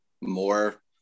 more